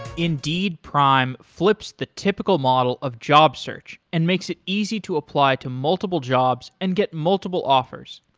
indeed prime flips the typical model of job search and makes it easy to apply to multiple jobs and get multiple offers.